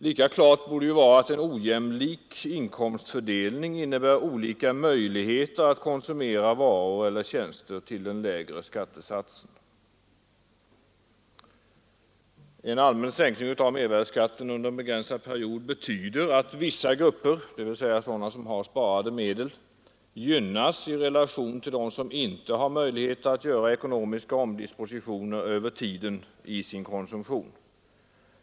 Lika klart borde det vara att en ojämlik inkomstfördelning innebär olika möjligheter att konsumera varor eller tjänster till den lägre skattesatsen. En allmän sänkning av mervärdeskatten under en begränsad period betyder att vissa grupper — dvs. sådana som har sparade medel — gynnas i relation till dem som inte har möjligheter att göra ekonomiska omdispositioner i tiden av sin konsumtion.